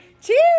Cheers